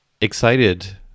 excited